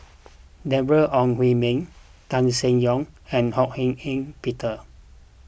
Deborah Ong Hui Min Tan Seng Yong and Ho Hak Ean Peter